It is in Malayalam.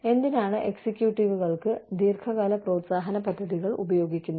എന്തിനാണ് എക്സിക്യൂട്ടീവുകൾക്ക് ദീർഘകാല പ്രോത്സാഹന പദ്ധതികൾ ഉപയോഗിക്കുന്നത്